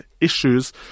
issues